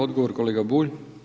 Odgovor, kolega Bulj.